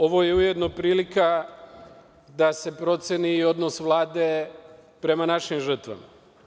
Ovo je ujedno prilika da se proceni i odnos Vlade prema našim žrtvama.